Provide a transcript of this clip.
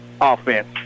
offense